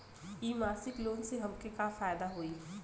इ मासिक लोन से हमके का फायदा होई?